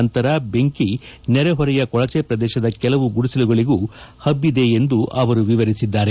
ನಂತರ ಬೆಂಕಿ ನೆರೆಹೊರೆಯ ಕೊಳಜೆ ಪ್ರದೇಶದ ಕೆಲವು ಗುಡಿಸಲುಗಳಗೂ ಹಬ್ಲಿದೆ ಎಂದು ವಿವರಿಸಿದ್ದಾರೆ